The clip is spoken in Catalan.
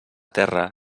terra